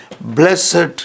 blessed